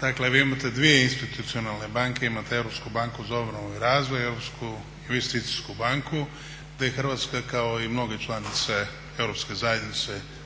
Dakle vi imate dvije institucionalne banke, imate Europsku banku za obnovu i razvoj i Europsku investicijsku banku, da je Hrvatska kao i mnoge članice Europske zajednice